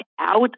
out